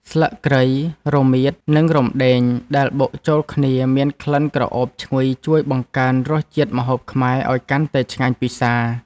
ស្លឹកគ្រៃ រមៀត និងរំដេងដែលបុកចូលគ្នាមានក្លិនក្រអូបឈ្ងុយជួយបង្កើនរសជាតិម្ហូបខ្មែរឱ្យកាន់តែឆ្ងាញ់ពិសា។